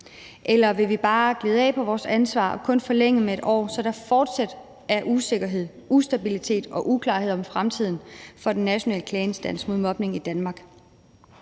eller vil vi bare glide af på vores ansvar og kun forlænge med 1 år, så der fortsat er usikkerhed, ustabilitet og uklarhed om fremtiden for Den Nationale Klageinstans mod Mobning i Danmark?